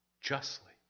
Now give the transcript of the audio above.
justly